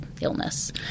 illness